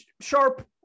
sharp